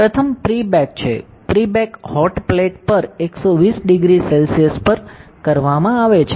પ્રથમ pre bake છે pre bake hot plate પર 1200 C પર કરવામાં આવે છે